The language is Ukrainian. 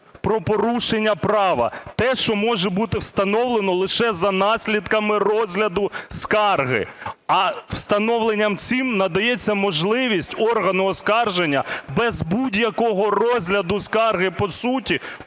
про порушення права. Те, що може бути встановлено лише за наслідками розгляду скарги. А встановленням цим надається можливість органу оскарження без будь-якого розгляду скарги, по суті,